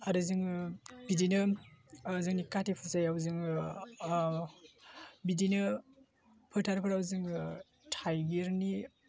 आरो जोङो बिदिनो जोंनि कार्ति फुजायाव जोङो बिदिनो फोथारफोराव जोङो थाइगिरनि